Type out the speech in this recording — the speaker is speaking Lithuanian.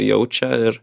jaučia ir